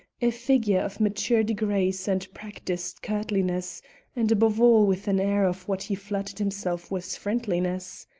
a figure of matured grace and practised courtliness, and above all with an air of what he flattered himself was friendliness.